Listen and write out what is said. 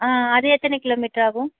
ஆ அது எத்தனை கிலோ மீட்டராகும்